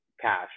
cash